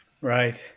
Right